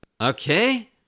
okay